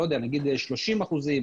נגיד 30 אחוזים,